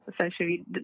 essentially